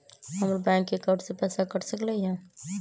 हमर bank account से पैसा कट सकलइ ह?